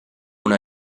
una